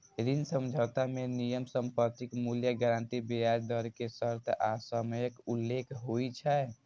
ऋण समझौता मे नियम, संपत्तिक मूल्य, गारंटी, ब्याज दर के शर्त आ समयक उल्लेख होइ छै